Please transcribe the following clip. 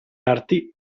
arti